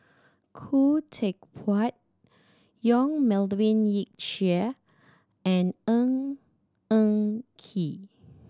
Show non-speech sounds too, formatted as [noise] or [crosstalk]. Khoo Teck Puat Yong [unintelligible] Yik Chye and Ng Eng Kee